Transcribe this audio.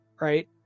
right